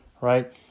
right